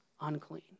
unclean